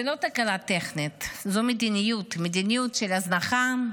זה לא תקלה טכנית, זו מדיניות של הזנחה,